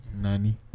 Nani